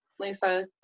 Lisa